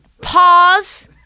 Pause